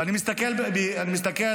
אני מסתכל עליכם,